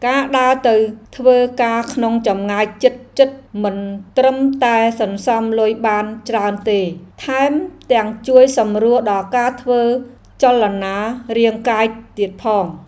ការដើរទៅធ្វើការក្នុងចម្ងាយជិតៗមិនត្រឹមតែសន្សំលុយបានច្រើនទេ ថែមទាំងជួយសម្រួលដល់ការធ្វើចលនារាងកាយទៀតផង។